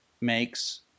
makes